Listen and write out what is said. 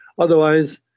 otherwise